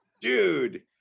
Dude